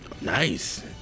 nice